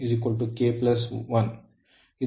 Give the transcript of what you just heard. ಆದ್ದರಿಂದ K K 1